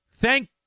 thank